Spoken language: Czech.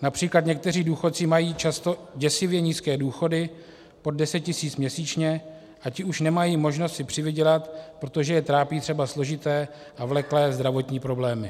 Například někteří důchodci mají často děsivě nízké důchody, pod deset tisíc měsíčně, a ti už nemají možnost si přivydělat, protože je trápí třeba složité a vleklé zdravotní problémy.